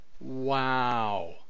wow